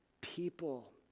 people